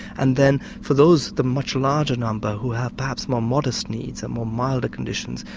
and then for those, the much larger number who have perhaps more modest needs and more milder conditions,